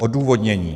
Odůvodnění.